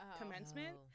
commencement